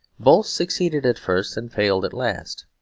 both succeeded at first and failed at last.